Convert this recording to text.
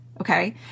okay